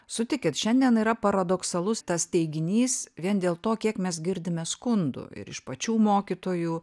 sutikit šiandien yra paradoksalus tas teiginys vien dėl to kiek mes girdime skundų ir iš pačių mokytojų